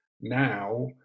Now